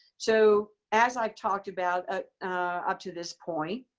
so as i've talked about ah up to this point,